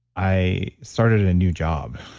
i started a new job.